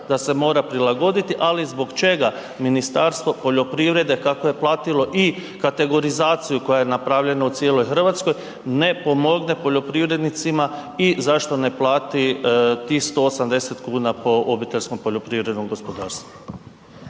da se mora prilagoditi, ali zbog čega Ministarstvo poljoprivrede, kako je platilo i kategorizaciju koja je napravljena u cijeloj Hrvatskoj ne pomogne poljoprivrednicima i zašto ne plati tih 180 kuna po OPG-u? **Jandroković, Gordan